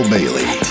Bailey